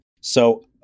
So-